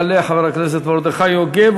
יעלה חבר הכנסת מרדכי יוגב,